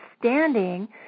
standing